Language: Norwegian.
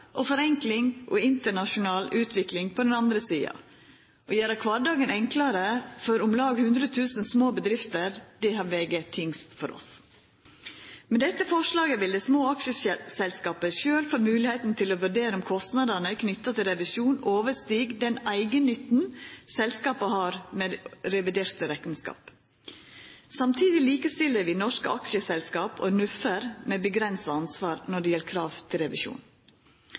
og forenkling og internasjonal utvikling på den andre sida. Å gjera kvardagen enklare for om lag 100 000 små bedrifter har vege tyngst for oss. Med dette forslaget vil dei små aksjeselskapa sjølve få moglegheita til å vurdera om kostnadene knytte til revisjon overstig den eigennytten selskapa har med reviderte rekneskap. Samtidig likestiller vi norske aksjeselskap og NUF med avgrensa ansvar når det gjeld krav til revisjon,